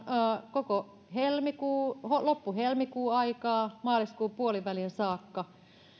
koko loppu helmikuu maaliskuun puoliväliin saakka